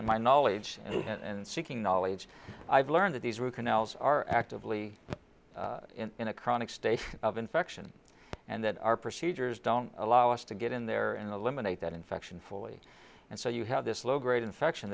in my knowledge and seeking knowledge i've learned that these root canals are actively in a chronic state of infection and that our procedures don't allow us to get in there in the limb and ate that infection fully and so you have this low grade infection